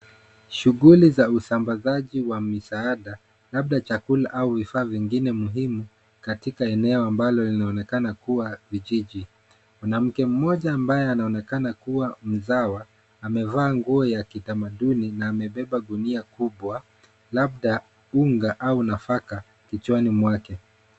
Shughuli za usambazaji wa misaada, labda chakula au vifaa vingine muhimu katika eneo ambalo linaonekana kuwa vijiji. Mwanamke mmoja ambaye anaonekana kuwa mzawa amevaa nguo ya kitamaduni na amebeba gunia kubwa, labda unga au nafaka kichwani mwake.